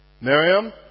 Miriam